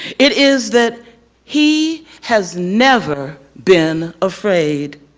it is that he has never been afraid.